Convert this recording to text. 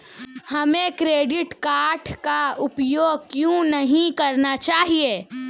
हमें credit card का उपयोग क्यों नहीं करना चाहिए?